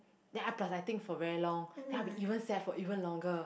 then I plus I think for very long then I'll be even sad for even longer